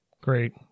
Great